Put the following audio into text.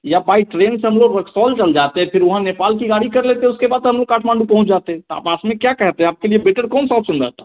या by train से हम लोग वकसोल चल जाते फिर वहाँ नेपाल की गाड़ी कर लेते उसके बाद हम लोग काठमांडू पहुँच जाते तो आप आप में क्या कहते हैं आपके लिए बेटर कौनसा ऑप्सन रहता है